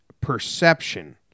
perception